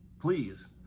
please